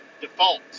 default